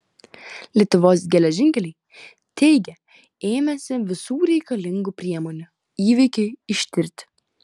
lietuvos geležinkeliai teigia ėmęsi visų reikalingų priemonių įvykiui ištirti